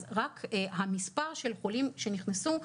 אז רק המספר של חולים שנכנסו,